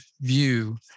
view